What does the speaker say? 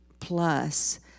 plus